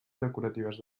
decoratives